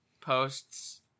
posts